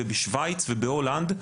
בשוויץ ובהולנד,